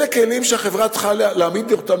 אלה כלים שאנחנו צריכים להעמיד אותם